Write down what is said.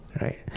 Right